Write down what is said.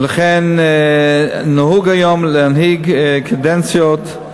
ולכן נהוג היום להנהיג קדנציות,